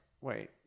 Wait